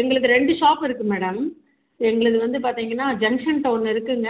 எங்களுக்கு ரெண்டு ஷாப் இருக்குது மேடம் எங்களுது வந்து பார்த்திங்கன்னா ஜங்க்ஷன்கிட்ட ஒன்று இருக்குங்க